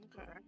Okay